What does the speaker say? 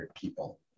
people